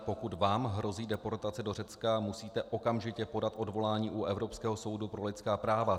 Pokud vám hrozí deportace do Řecka, musíte okamžitě podat odvolání u Evropského soudu pro lidská práva.